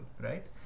right